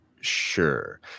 sure